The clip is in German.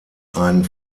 ein